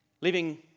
living